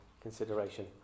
consideration